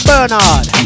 Bernard